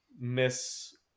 miss